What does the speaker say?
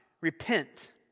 Repent